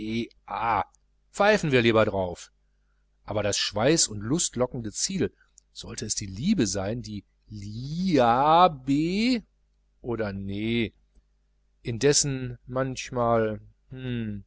pfeifen wir lieber darauf aber das schweiß und lustlockende ziel sollte es die liebe sein die liabee oh nee indessen manchmal